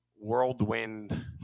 whirlwind